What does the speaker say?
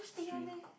history